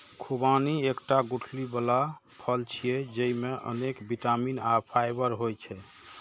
खुबानी एकटा गुठली बला फल छियै, जेइमे अनेक बिटामिन आ फाइबर होइ छै